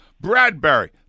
Bradbury